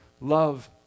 love